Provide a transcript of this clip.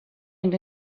and